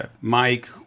Mike